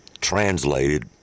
Translated